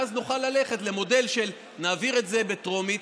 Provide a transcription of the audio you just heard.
ואז נוכל ללכת למודל של להעביר את זה בטרומית,